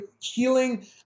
healing